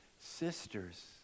sisters